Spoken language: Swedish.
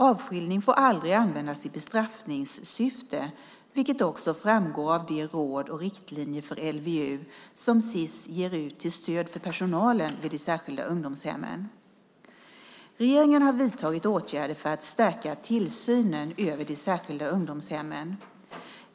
Avskiljning får aldrig användas i bestraffningssyfte, vilket också framgår av de råd och riktlinjer för LVU som Sis ger ut till stöd för personalen vid de särskilda ungdomshemmen. Regeringen har vidtagit åtgärder för att stärka tillsynen över de särskilda ungdomshemmen.